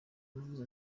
yavuze